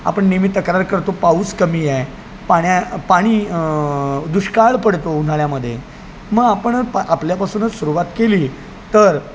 आपण नेहमी तक्रार करतो पाऊस कमी आहे पाण्या पाणी दुष्काळ पडतो उन्हाळ्यामध्ये मग आपण आपल्यापासूनच सुरुवात केली तर